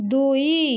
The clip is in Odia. ଦୁଇ